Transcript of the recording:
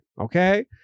okay